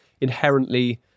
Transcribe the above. inherently